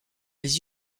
les